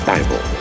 Bible